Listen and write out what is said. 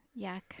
Yuck